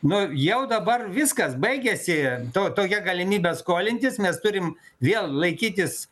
nu jau dabar viskas baigėsi to tokia galimybė skolintis mes turim vėl laikytis